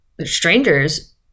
strangers